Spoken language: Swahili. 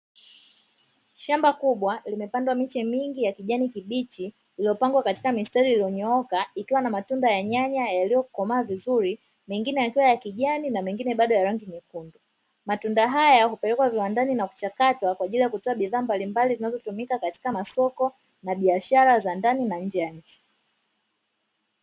Shamba kubwa limepandwa miche mingi ya kijani kibichi, iliyopangwa katika mistari iliyonyooka ikiwa na matunda ya nyanya yaliyokomaa vizuri, mengine yakiwa bado ya kijani. Matunda haya hupelekwa viwandani kuchakatwa kwaajili ya kutoa bidhaa mbalimbali zinazotumika katika masoko na biashara ndani na nje ya nchi.